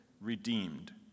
redeemed